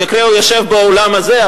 במקרה הוא יושב באולם הזה,